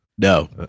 No